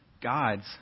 God's